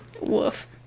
Woof